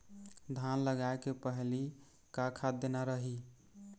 धान लगाय के पहली का खाद देना रही?